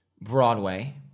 Broadway